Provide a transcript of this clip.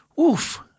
oof